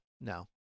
No